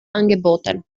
angeboten